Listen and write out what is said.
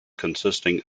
consisting